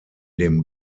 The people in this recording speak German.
dem